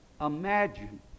Imagine